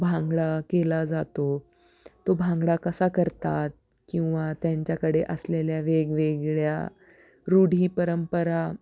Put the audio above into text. भांगडा केला जातो तो भांगडा कसा करतात किंवा त्यांच्याकडे असलेल्या वेगवेगळ्या रूढी परंपरा